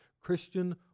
Christian